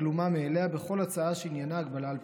הגלומה מאליה בכל הצעה שעניינה הגבלה על פרסום.